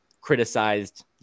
criticized